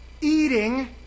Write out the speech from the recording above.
eating